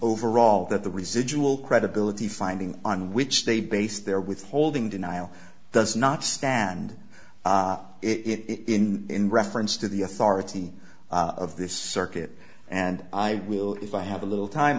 overall that the residual credibility finding on which they base their withholding denial does not stand it in reference to the authority of this circuit and i will if i have a little time